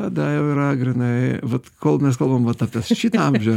tada jau yra grynai vat kol mes kalbam vat apie šitą amžių